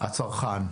הצרכן,